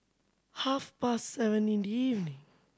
half past seven in the evening